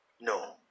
No